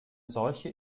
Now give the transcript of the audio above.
solche